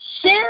Share